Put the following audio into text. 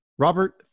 Robert